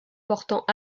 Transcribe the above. portant